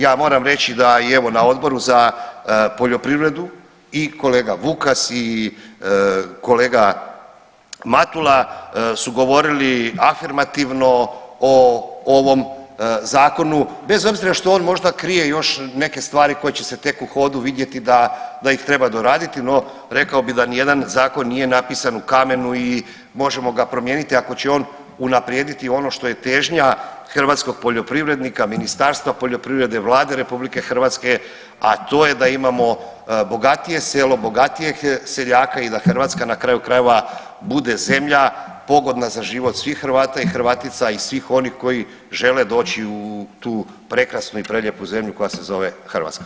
Ja moram reći da i evo na Odboru za poljoprivredu i kolega Vukas i kolega Matula su govorili afirmativno o ovom zakonu bez obzira što on možda krije još neke stvari koje će se tek u hodu vidjeti da ih treba doraditi, no rekao bih da ni jedan zakon nije napisan u kamenu i možemo ga promijeniti ako će on unaprijediti ono što je težnja hrvatskog poljoprivrednika, Ministarstva poljoprivrede, Vlade RH, a to je da imamo bogatije selo, bogatijeg seljaka i da Hrvatska na kraju krajeva bude zemlja pogodna za život svih Hrvata i Hrvatica i svih onih koji žele doći u tu prekrasnu i prelijepu zemlju koja se zove Hrvatska.